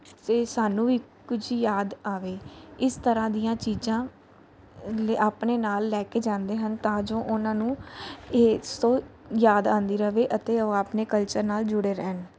ਅਤੇ ਸਾਨੂੰ ਵੀ ਕੁਝ ਯਾਦ ਆਵੇ ਇਸ ਤਰ੍ਹਾਂ ਦੀਆਂ ਚੀਜ਼ਾਂ ਲ ਆਪਣੇ ਨਾਲ ਲੈ ਕੇ ਜਾਂਦੇ ਹਨ ਤਾਂ ਜੋ ਉਹਨਾਂ ਨੂੰ ਇਹ ਸੋ ਯਾਦ ਆਉਂਦੀ ਰਹੇ ਅਤੇ ਉਹ ਆਪਣੇ ਕਲਚਰ ਨਾਲ ਜੁੜੇ ਰਹਿਣ